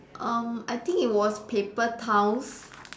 um I think it was paper towns